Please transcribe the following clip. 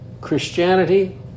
Christianity